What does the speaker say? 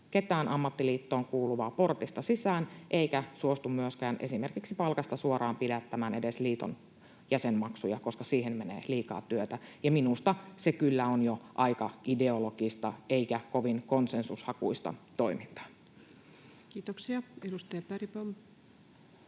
ketään ammattiliittoon kuuluvaa portista sisään eivätkä suostu myöskään esimerkiksi palkasta suoraan pidättämään edes liiton jäsenmaksuja, koska siihen menee liikaa työtä, ja minusta se kyllä on jo aika ideologista eikä kovin konsensushakuista toimintaa. [Speech 146] Speaker: